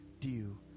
due